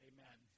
Amen